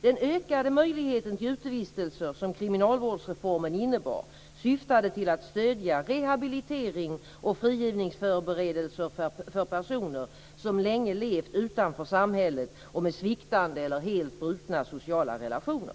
Den ökade möjligheten till utevistelser som kriminalvårdsreformen innebar syftade till att stödja rehabilitering och frigivningsförberedelser för personer som länge levt utanför samhället och med sviktande eller helt brutna sociala relationer.